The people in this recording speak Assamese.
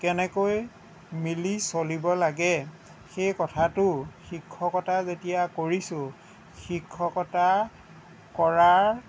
কেনেকৈ মিলি চলিব লাগে সেই কথাটো শিক্ষকতা যেতিয়া কৰিছোঁ শিক্ষকতা কৰাৰ